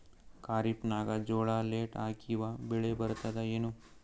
ಖರೀಫ್ ನಾಗ ಜೋಳ ಲೇಟ್ ಹಾಕಿವ ಬೆಳೆ ಬರತದ ಏನು?